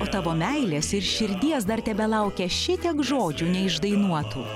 o tavo meilės ir širdies dar tebelaukia šitiek žodžių neišdainuotų